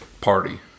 party